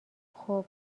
خوب